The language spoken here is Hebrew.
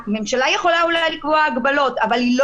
הממשלה יכולה אולי לקבוע הגבלות אבל היא לא